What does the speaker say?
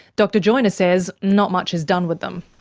dr joiner says not much is done with them.